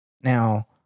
Now